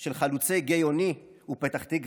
של חלוצי גיא אוני ופתח תקווה.